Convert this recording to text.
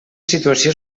situació